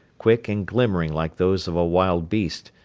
quick and glimmering like those of a wild beast,